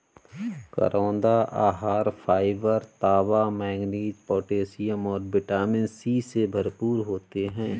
करौंदा आहार फाइबर, तांबा, मैंगनीज, पोटेशियम और विटामिन सी से भरपूर होते हैं